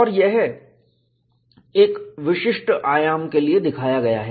और यह एक विशिष्ट आयाम के लिए दिखाया गया है